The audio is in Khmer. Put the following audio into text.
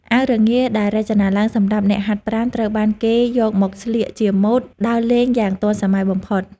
អាវរងាដែលរចនាឡើងសម្រាប់អ្នកហាត់ប្រាណត្រូវបានគេយកមកស្លៀកជាម៉ូដដើរលេងយ៉ាងទាន់សម័យបំផុត។